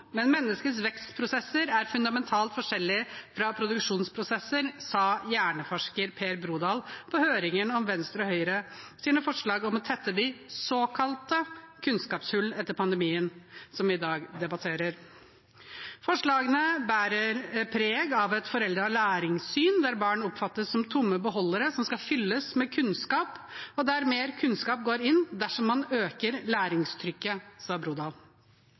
men menneskets vekstprosesser er fundamentalt forskjellige fra produksjonsprosesser, sa hjerneforsker Per Brodal på høringen om Venstre og Høyre sine forslag om å tette de såkalte kunnskapshull etter pandemien, som vi i dag debatterer. Forslagene bærer preg av et foreldet læringssyn, der barn oppfattes som tomme beholdere som skal fylles med kunnskap, og der mer kunnskap går inn dersom man øker læringstrykket, sa Brodal.